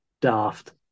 daft